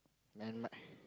and like